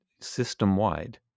system-wide